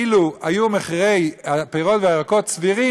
אילו היו מחירי הפירות והירקות סבירים,